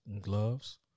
gloves